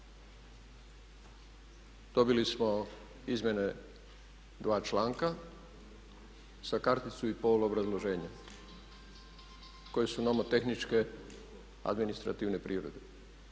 Dobili smo izmjene dva članka sa karticu i pol obrazloženja koje su nomotehničke administrativne prirode.